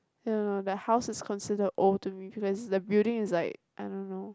I don't know that house is considered old to me because the building is like I don't know